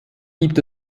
gibt